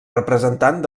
representant